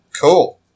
Cool